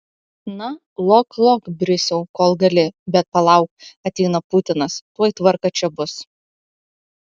na lok lok brisiau kol gali bet palauk ateina putinas tuoj tvarka čia bus